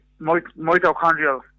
mitochondrial